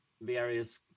various